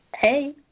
Hey